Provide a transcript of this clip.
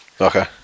Okay